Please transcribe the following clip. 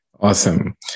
Awesome